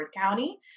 County